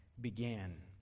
began